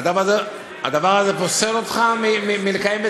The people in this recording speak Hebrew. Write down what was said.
הדבר הזה פוסל אותך מלקיים בית-ספר.